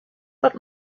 but